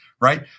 Right